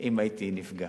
אם הייתי נפגע.